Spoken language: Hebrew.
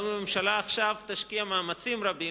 גם אם הממשלה עכשיו תשקיע מאמצים רבים